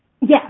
Yes